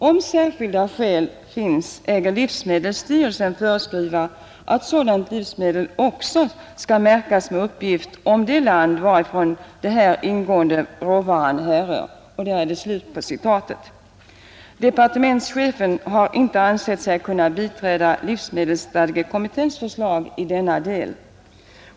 Om särskilda skäl finns äger livsmedelsstyrelsen föreskriva att sådant livsmedel även skall märkas med uppgift om det land varifrån däri ingående råvara härrör.” Departementschefen har inte ansett sig kunna biträda livsmedelsstadgekommitténs förslag i denna del.